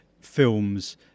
films